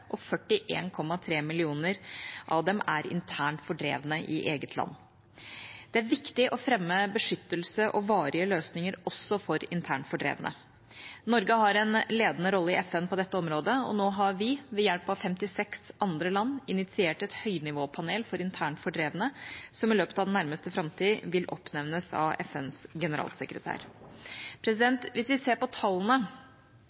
og 41,3 millioner er internt fordrevne i eget land. Det er viktig å fremme beskyttelse og varige løsninger også for internt fordrevne. Norge har en ledende rolle i FN på dette området, og nå har vi, ved hjelp av 56 andre land, initiert et høynivåpanel for internt fordrevne, og det vil i løpet av den nærmeste framtid oppnevnes av FNs generalsekretær.